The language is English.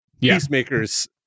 Peacemaker's